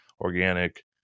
organic